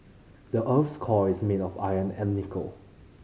the earth's core is made of iron and nickel